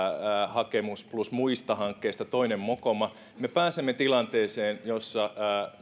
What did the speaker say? hakemus plus muista hankkeista toinen mokoma ovat vasta alkusoittoa me pääsemme tilanteeseen jossa